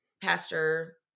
pastor